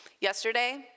yesterday